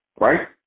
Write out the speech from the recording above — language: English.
right